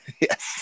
Yes